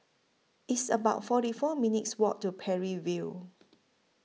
It's about forty four minutes' Walk to Parry View